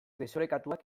desorekatuak